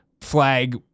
flag